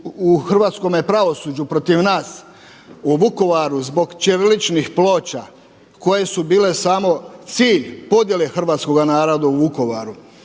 u hrvatskome pravosuđu protiv nas u Vukovaru zbog ćiriličnih ploča koje su bile samo cilj podjele hrvatskoga naroda u Vukovaru